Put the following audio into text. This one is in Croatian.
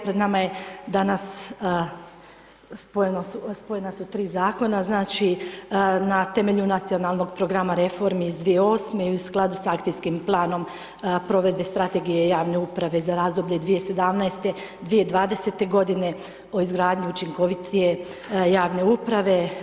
Pred nama je danas spojena su 3 zakona na temelju nacionalnog programa reformi iz 2008. i u skladu s akcijskim planom proveden strategije javne uprave za razdoblje 2017.-2020. g. o izgradnju učinkovitije javne uprave.